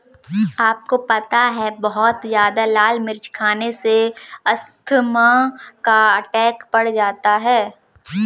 आपको पता है बहुत ज्यादा लाल मिर्च खाने से अस्थमा का अटैक पड़ सकता है?